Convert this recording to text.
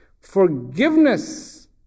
Forgiveness